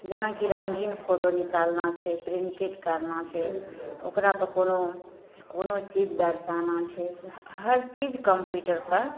जेनाकि रङ्गीन फोटो निकालना छै प्रिंटेड करना छै ओकरापर कोनो कोनो चीज दर्शाना छै हरचीज कम्प्यूटरपर